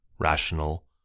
rational